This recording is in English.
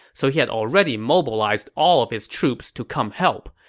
so he had already mobilized all of his troops to come help.